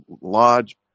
Lodge